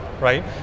right